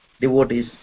Devotees